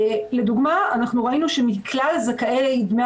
לדוגמה, ראינו שמכלל זכאים לדמי